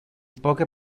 poche